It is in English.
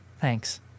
Thanks